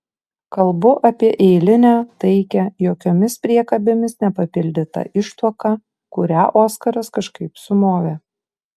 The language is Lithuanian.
kalbu apie eilinę taikią jokiomis priekabėmis nepapildytą ištuoką kurią oskaras kažkaip sumovė